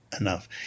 enough